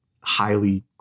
highly